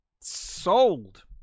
sold